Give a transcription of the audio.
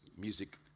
music